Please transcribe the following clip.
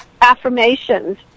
affirmations